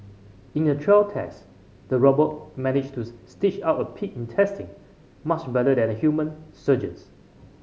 in a trial test the robot managed to stitch up pig intestines much better than human surgeons